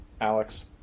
Alex